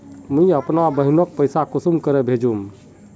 मुई अपना बहिनोक पैसा कुंसम के भेजुम?